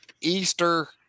Easter